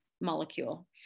molecule